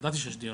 ידעתי שיש דיון,